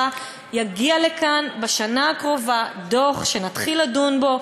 יגיע לכאן בשנה הקרובה דוח שנתחיל לדון בו.